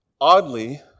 oddly